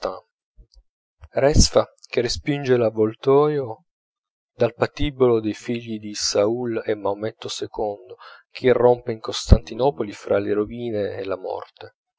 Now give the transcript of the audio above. respha che respinge l'avoltoio dal patibolo dei figli di saul e maometto ii che irrompe in costantinopoli fra le rovine e la morte